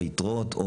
או היתרות,